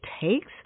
takes